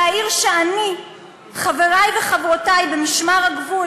והעיר שאני וחברי וחברותי במשמר הגבול